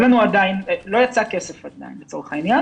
לא יצא כסף עדיין, לצורך העניין.